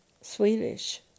Swedish